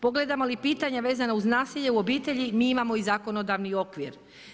Pogledamo li pitanje vezano uz nasilje u obitelji mi imamo i zakonodavni okvir.